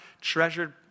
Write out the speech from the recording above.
treasured